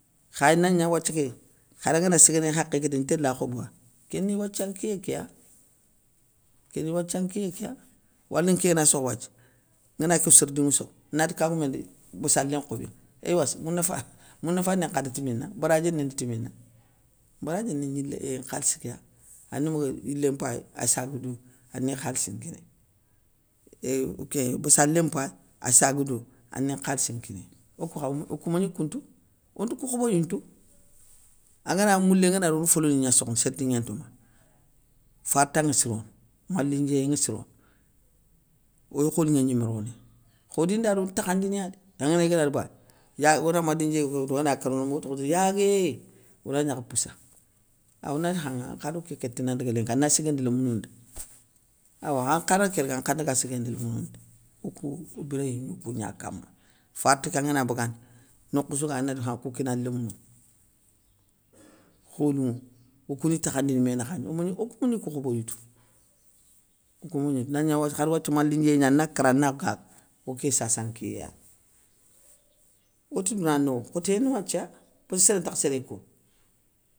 Kha nagna wathia ké, khari ngana séguéné hakhé kita nté la khoboa, kéni i wathia nkiyé kéya, kéni i wathia nkiyé kéya. Wale nké na sokho wathia, ngana kou sardiŋou sokh, nati kagoumé nda bassalé nkhobinŋa, éywa sa mounafa, mounafa gnankhana ti mina. baradié ni ti mina, baradié ni gnilé éeeh nkhalissi kéya, ani mouguou yilé mpayi a saga dou, ani khalissi nkiniye éuuuhh ké bassalé mpaye, assaga dou ani nkhalissi nkiniye, okou kha okou mégni kountou onte kou khoboyou ntou, anga na moulé ngana ri one foloni gna sokhono sérdinŋé. nto makha, farta ŋa sirono, malindiéyé nŋa sirono, oy kholinŋé gnimé ronéy, khodi nda ri one takhandiniya dé angana gni gana ri bané, ya ona malindiéyé ké woutou ogana kara moga tokho tini yagué ona gnakha poussa, aw nati khanŋou ankha do ké kété nan ndaga lénki, ana siguindi lémounou nda, awa ankha do kén ndaga ankha daga siguindi lémounou nda, okou o biréyou ni kougna kama. Farta ké angana bagandi nokhoussou ga yéy anati khan kou kina an lémounouŋa, kholinŋou okou ni takhandini mé nakha gna, omagni okou mégni kou khobéyou tou, okou mégni tou. Nagna wathia, khar wathia malindiéyégna ana kara ana gaga, oké sasa nkiyé yani, oti mé anowo, khotoyé ni wathia, pesskeu séré ntakh séré kounou.